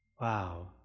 Wow